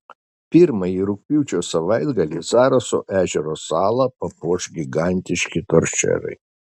pirmąjį rugpjūčio savaitgalį zaraso ežero salą papuoš gigantiški toršerai